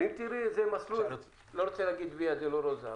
ואם תראי איזה מסלול אני לא רוצה להגיד ויה דולורוזה,